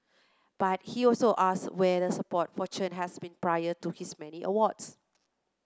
but he also asks where the support for Chen has been prior to his many awards